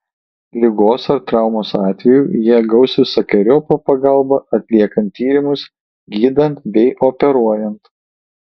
ligos ar traumos atveju jie gaus visokeriopą pagalbą atliekant tyrimus gydant bei operuojant